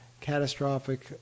catastrophic